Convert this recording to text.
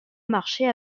marcher